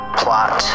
plot